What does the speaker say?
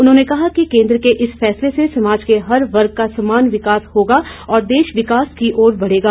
उन्होंने कहा कि केन्द्र के इस फैसले से समाज के हर वर्ग का समान विकास होगा और देश विकास की ओर बढ़ेगा